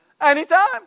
Anytime